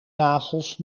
nagels